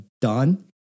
done